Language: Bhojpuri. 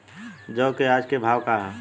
जौ क आज के भाव का ह?